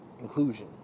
inclusion